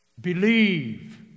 Believe